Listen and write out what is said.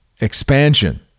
expansion